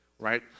Right